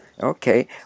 Okay